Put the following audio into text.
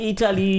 Italy